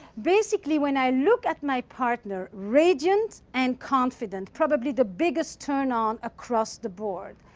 basically, when i look at my partner radiant and confident. probably the biggest turn-on across the board.